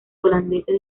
holandeses